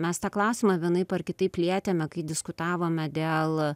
mes tą klausimą vienaip ar kitaip lietėme kai diskutavome dėl